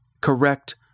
correct